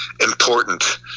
important